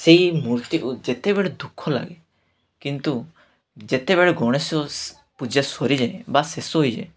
ସେହି ମୂର୍ତ୍ତିକୁ ଯେତେବେଳେ ଦୁଃଖ ଲାଗେ କିନ୍ତୁ ଯେତେବେଳେ ଗଣେଶ ପୂଜା ସରିଯାଏ ବା ଶେଷ ହୋଇଯାଏ